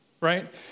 right